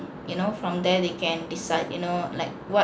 you know from there they can decide you know like what